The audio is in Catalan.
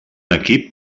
equip